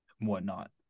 whatnot